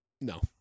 No